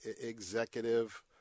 executive